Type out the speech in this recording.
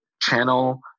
channel